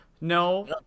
No